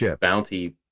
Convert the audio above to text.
Bounty